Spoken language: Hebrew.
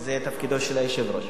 זה תפקידו של היושב-ראש.